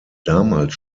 damals